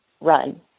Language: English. run